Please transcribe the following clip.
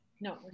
No